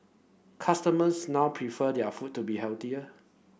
customers now prefer their food to be healthier